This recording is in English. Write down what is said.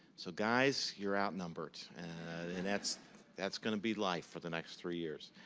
so, guys you're outnumbered and that's that's going to be life for the next three years.